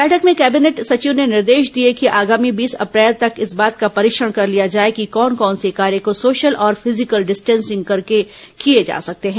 बैठक में कैबिनट सचिव ने निर्देश दिए कि आगामी बीस अप्रैल तक इस बात का परीक्षण कर लिया जाए कि कौन कौन से कार्य को सोशल और फिजिकल डिस्टेंसिंग करके किए जा सकते हैं